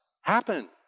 happen